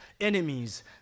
enemies